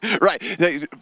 Right